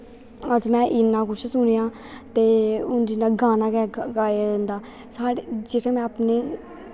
अज्ज में इन्ना कुछ सुनेआं ते हून जि'यां गानां गै गाया जंदा जेह्ड़े में अपने